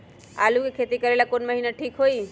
आलू के खेती करेला कौन महीना ठीक होई?